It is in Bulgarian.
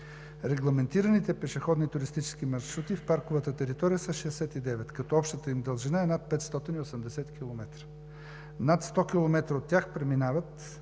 Регламентираните пешеходни туристически маршрута в парковата територия са 69, като общата им дължина е над 580 км. Над 100 км от тях преминават